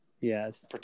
Yes